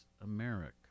America